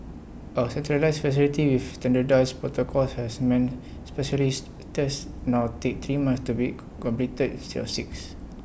A centralised facility with standardised protocols has meant specialised tests now take three months to be co completed instead of six